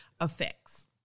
effects